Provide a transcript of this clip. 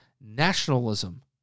nationalism